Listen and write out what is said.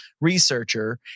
researcher